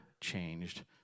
changed